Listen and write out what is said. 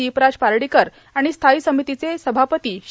दीपराज पार्डीकर आणि स्थायी समितीचे सभापती श्री